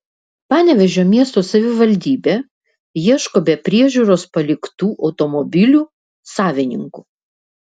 panevėžio miesto savivaldybė ieško be priežiūros paliktų automobilių savininkų